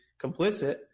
complicit